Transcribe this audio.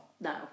No